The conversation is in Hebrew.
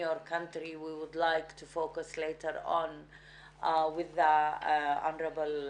בסלובניה אני ארצה להתמקד לאחר מכן ולשמוע גם מהשגרירות